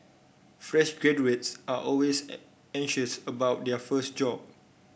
fresh graduates are always anxious about their first job